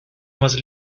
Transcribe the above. más